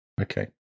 Okay